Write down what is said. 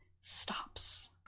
stops